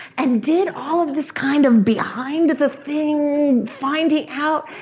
and did all of this kind of behind the thing finding out.